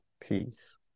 peace